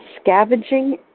scavenging